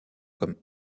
comme